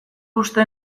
uste